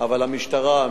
אבל המשטרה,